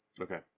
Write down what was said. Okay